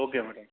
okay madam